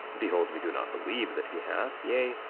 behold, we do not believe that he hath yea,